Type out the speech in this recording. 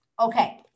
okay